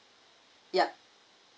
yup